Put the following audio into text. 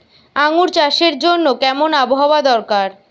আঙ্গুর চাষের জন্য কেমন আবহাওয়া দরকার?